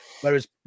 Whereas